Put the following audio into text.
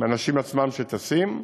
האנשים עצמם שטסים.